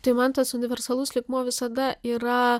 tai man tas universalus lygmuo visada yra